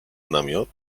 namiot